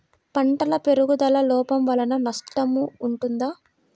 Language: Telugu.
పంటల పెరుగుదల లోపం వలన నష్టము ఉంటుందా?